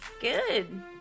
Good